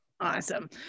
Awesome